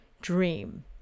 Dream